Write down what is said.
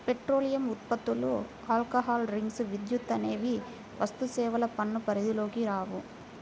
petroleum ఉత్పత్తులు, alcohol drinks, విద్యుత్ అనేవి వస్తుసేవల పన్ను పరిధిలోకి రావు